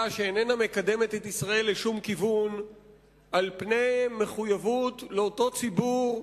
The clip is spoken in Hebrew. שאיננה מקדמת את ישראל לשום כיוון על פני מחויבות לאותו ציבור,